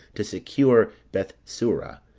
to secure bethsura,